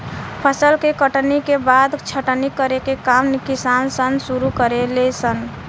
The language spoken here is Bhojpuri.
फसल के कटनी के बाद छटनी करे के काम किसान सन शुरू करे ले सन